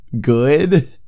good